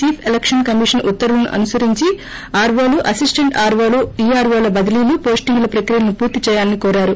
chief election commission ఉత్తర్వులను అనుసరించి ఆర్ఓలు అసిస్లెంట్ ఆర్ఓలు ఈఆర్ఓల బదిలీలు పోస్టింగ్ల ప్రక్రియను పూర్తి చేయాలని కోరారు